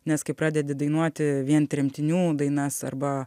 nes kai pradedi dainuoti vien tremtinių dainas arba